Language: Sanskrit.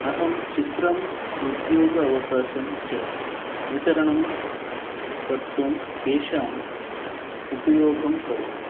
अहं चित्रम् उद्दोग अवकाशं च वितरणं कर्तुं तेषाम् उपयोगं करोमि